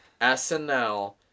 SNL